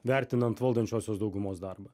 vertinant valdančiosios daugumos darbą